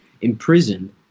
imprisoned